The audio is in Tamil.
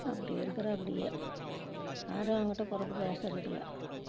அப்படி இருக்கிறான் அப்படியே யாரும் அவங்கிட்ட போறதுக்கு பேசுறதுக்கில்ல